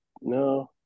No